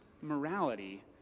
morality